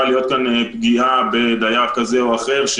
להיות כאן פגיעה בדייר כזה או אחר.